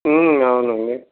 అవును అండి